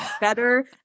better